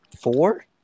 Four